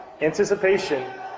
anticipation